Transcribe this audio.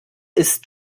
ist